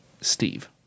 Steve